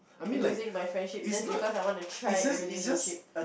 losing my friendship just because I want to try a relationship